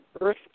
earth